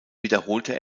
wiederholte